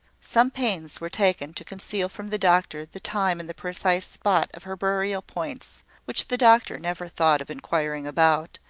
some pains were taken to conceal from the doctor the time and the precise spot of her burial-points which the doctor never thought of inquiring about,